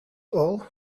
all